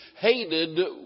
hated